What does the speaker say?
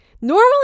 normally